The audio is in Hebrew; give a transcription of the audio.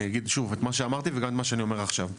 אני אגיד שוב את מה שאמרתי וגם את מה שאני אומר עכשיו.